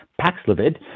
Paxlovid